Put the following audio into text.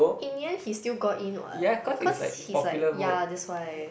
in the end he still got in what cause he's like yeah that's why